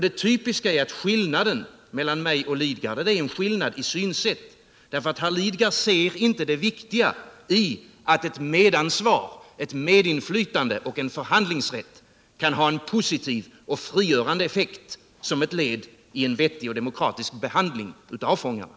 Det typiska är att det finns en skillnad i synsätt mellan mig och herr Lidgard. Bertil Lidgard ser inte det viktiga i att ett medansvar, ett medinflytande och en förhandlingsrätt kan ha en positiv och frigörande effekt som ett led i en vettig och demokratisk behandling av fångarna.